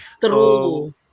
True